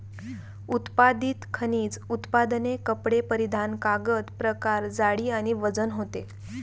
उत्पादित खनिज उत्पादने कपडे परिधान कागद प्रकार जाडी आणि वजन होते